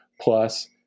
plus